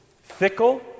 fickle